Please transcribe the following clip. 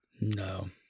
No